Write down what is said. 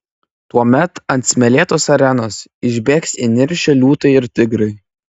tuomet ant smėlėtos arenos išbėgs įniršę liūtai ir tigrai